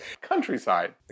Countryside